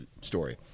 story